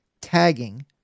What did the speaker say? tagging